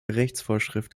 rechtsvorschrift